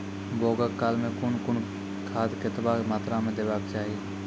बौगक काल मे कून कून खाद केतबा मात्राम देबाक चाही?